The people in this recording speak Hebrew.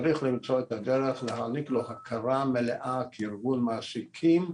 צריך למצוא את הדרך להעניק לו הכרה מלאה כארגון מעסיקים,